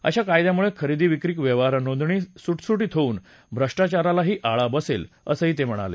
अशा कायद्यामुळे खरेदी विक्री व्यवहार नोंदणी सुटसुटीत होऊन भ्रष्टाचारालाही आळा बसेल असं ते म्हणाले